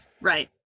Right